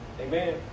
amen